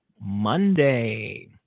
Monday